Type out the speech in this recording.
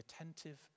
attentive